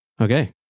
Okay